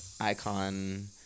icon